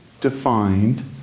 defined